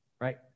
right